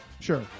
Sure